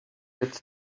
get